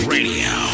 Radio